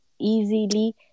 easily